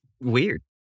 Weird